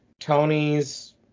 Tony's